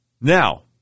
Now